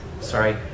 Sorry